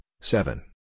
seven